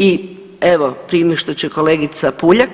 I evo prije nego što će kolegica Puljak,